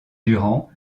durant